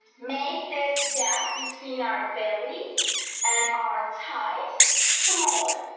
make this gap between our belly and our thighs smaller,